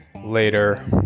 later